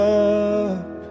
up